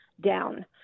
down